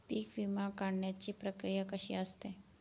पीक विमा काढण्याची प्रक्रिया कशी असते?